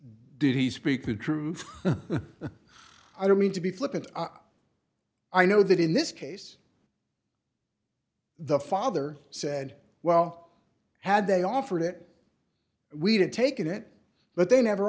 did he speak the truth i don't mean to be flippant i know that in this case the father said well had they offered it we'd have taken it but they never